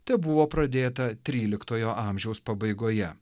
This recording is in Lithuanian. tebuvo pradėta tryliktojo amžiaus pabaigoje